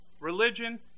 Religion